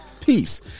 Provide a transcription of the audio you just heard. peace